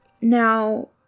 Now